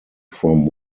from